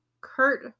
Kurt